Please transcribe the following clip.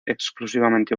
exclusivamente